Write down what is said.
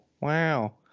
Wow